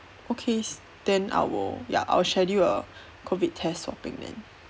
okay s~ then I will ya I will schedule a COVID test swapping then